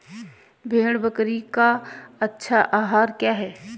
भेड़ बकरी का अच्छा आहार क्या है?